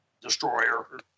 destroyer